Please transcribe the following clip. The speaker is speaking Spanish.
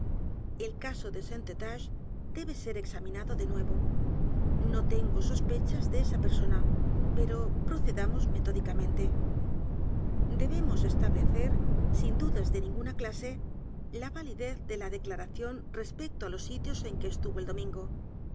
el caso de saint eustache debe ser examinado de nuevo no tengo sospechas de esa persona pero procedamos metódicamente debemos establecer sin dudas de ninguna clase la validez de la declaración respecto á los sitios en que estuvo el domingo